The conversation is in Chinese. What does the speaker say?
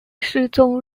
世宗